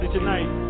tonight